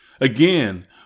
Again